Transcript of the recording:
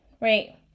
Right